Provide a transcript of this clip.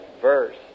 verse